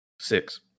Six